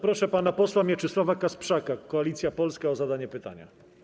Proszę pana posła Mieczysława Kasprzaka, Koalicja Polska, o zadanie pytania.